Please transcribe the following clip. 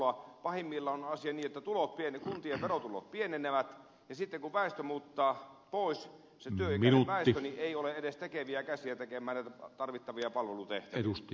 pahimmillaan on asia niin että kuntien verotulot pienenevät ja sitten kun se työikäinen väestö muuttaa pois ei ole edes tekeviä käsiä tekemään näitä tarvittavia palvelutehtäviä